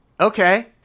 Okay